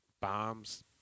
Bombs